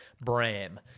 Bram